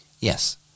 yes